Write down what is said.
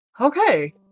Okay